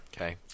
Okay